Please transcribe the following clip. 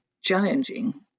challenging